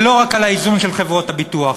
ולא רק על האיזון של חברות הביטוח.